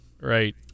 Right